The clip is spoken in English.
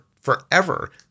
forever